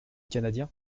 canadien